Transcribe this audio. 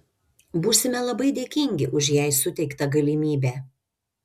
būsime labai dėkingi už jai suteiktą galimybę